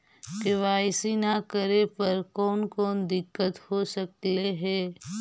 KYC न करे पर कौन कौन दिक्कत हो सकले हे?